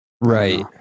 Right